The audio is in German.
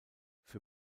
für